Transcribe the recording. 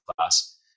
class